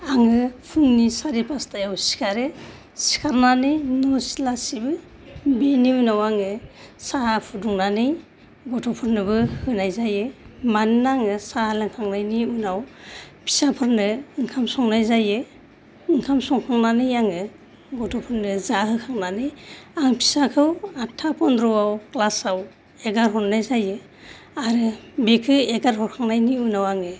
आङो फुंनि साराय फासथायाव सिखारो सिखारनानै न' सिथला सिबो बिनि उनाव आङो साहा फुदुंनानै गथ'फोरनोबो होनाय जायो मानोना आङो साहा लोंखांनायनि उनाव फिसाफोरनो ओंखाम संनाय जायो ओंखाम संखांनानै आङो गथ'फोरनो जाहो खांनानै आं फिसाखौ आटथा फन्द्रआव क्लासाव हगार हरनाय जायो आरो बेखौ हगार हरखांनायनि उनाव आङो